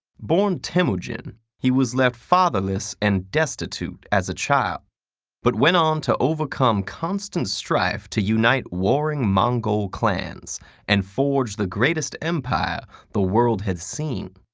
born temujin, he was left fatherless and destitute as a child but went on to overcome constant strife to unite warring mongol clans and forge the greatest empire the world had seen,